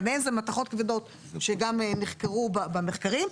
ביניהם זה גם מתכות כבדות שגם נחקרו במחקרים,